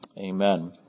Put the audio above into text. amen